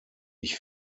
ich